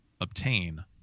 obtain